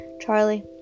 Charlie